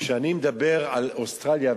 כשאני מדבר על אוסטרליה,